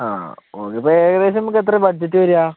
ആ ഒരിപ്പോൾ ഏകദേശം നമ്മൾക്കെത്രയാണ് ബഡ്ജറ്റ് വരിക